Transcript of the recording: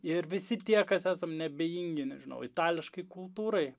ir visi tie kas esam neabejingi nežinau itališkai kultūrai